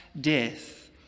death